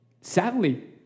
sadly